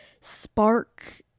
spark